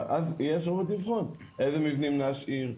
ואז תהיה אפשרות לבחון איזה מבנים להשאיר,